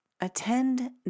attend